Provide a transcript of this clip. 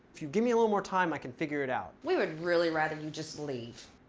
if you give me a little more time, i can figure it out. we would really rather you just leave.